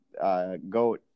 goat